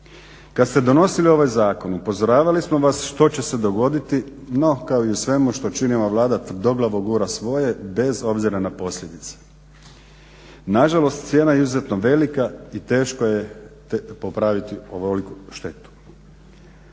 Kad ste donosili ovaj zakon upozoravali smo vas što će se dogoditi, no kao i u svemu što čini ova Vlada tvrdoglavo gura svoje, bez obzira na posljedice. Nažalost, cijena je izuzetno velika i teško je popraviti ovoliku štetu.